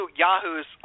yahoos